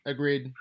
Agreed